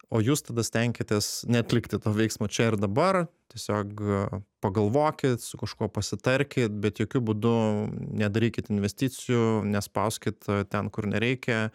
o jūs tada stenkitės neatlikti to veiksmo čia ir dabar tiesiog pagalvokit su kažkuo pasitarkit bet jokiu būdu nedarykit investicijų nespauskit ten kur nereikia